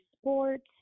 sports